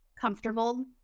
comfortable